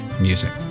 music